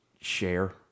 share